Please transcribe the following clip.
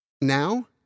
Now